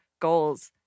goals